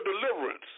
deliverance